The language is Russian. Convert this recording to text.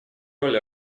роль